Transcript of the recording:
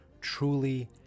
truly